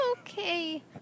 Okay